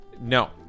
No